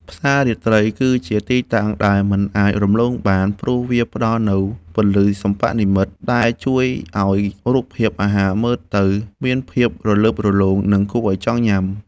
ផ្សាររាត្រីគឺជាទីតាំងដែលមិនអាចរំលងបាន ព្រោះវាផ្ដល់នូវពន្លឺសិប្បនិម្មិតដែលជួយឱ្យរូបភាពអាហារមើលទៅមានភាពរលើបរលោង និងគួរឱ្យចង់ញ៉ាំ។